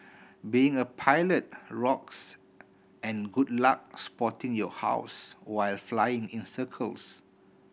being a pilot rocks and good luck spotting your house while flying in circles